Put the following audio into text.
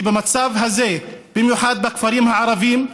כי במצב הזה, במיוחד בכפרים הערביים,